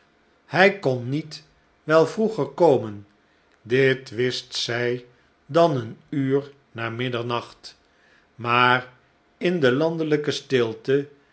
hij kon niet wel vroeger komen dit wist zij dan een uur na middernacht maar in de landelijke stilte